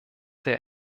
der